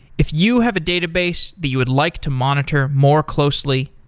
if you have a database that you would like to monitor more closely,